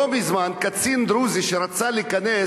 לא מזמן קצין דרוזי שרצה להיכנס,